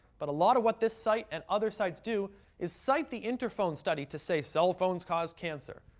but a lot of what this site and other sites do is cite the interphone study to say cell phones cause cancer.